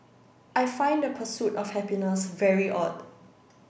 I find the pursuit of happiness very odd